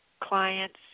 clients